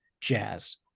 jazz